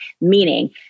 meaning